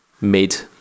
mid